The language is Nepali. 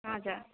हजुर